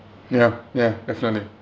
ya ya definitely